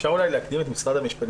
אפשר אולי להקדים את משרד המשפטים?